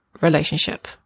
relationship